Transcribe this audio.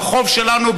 ברחוב שלנו,